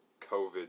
COVID